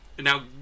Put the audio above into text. Now